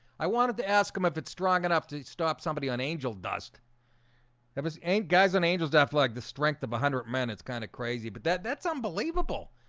i wanted to ask him if it's strong enough to stop somebody on angel dust if it's ain't guys on angels death like the strength of a hundred men. it's kind of crazy, but that that's unbelievable.